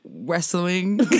Wrestling